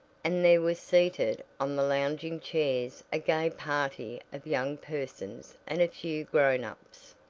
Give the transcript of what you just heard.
and there was seated on the lounging chairs a gay party of young persons and a few grown ups.